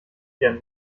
wieder